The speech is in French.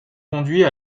conduit